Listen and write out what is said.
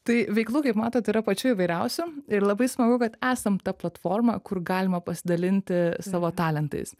tai veiklų kaip matot yra pačių įvairiausių ir labai smagu kad esam ta platforma kur galima pasidalinti savo talentais